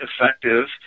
effective